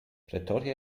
pretoria